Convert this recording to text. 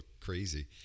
crazy